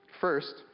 First